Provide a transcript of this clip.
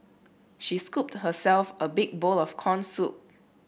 she scooped herself a big bowl of corn soup